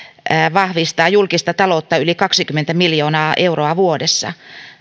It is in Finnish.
vahvistaa julkista taloutta yli kaksikymmentä miljoonaa euroa vuodessa